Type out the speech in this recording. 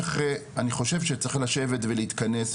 אני חושב שצריך לשבת ולהתכנס,